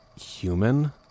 human